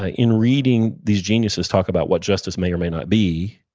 ah in reading these geniuses talk about what justice may or may not be,